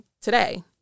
today